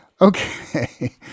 Okay